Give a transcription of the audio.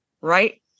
right